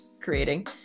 creating